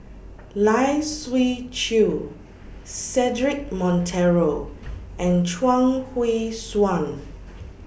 Lai Siu Chiu Cedric Monteiro and Chuang Hui Tsuan